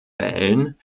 wählen